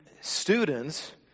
students